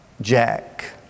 Jack